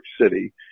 city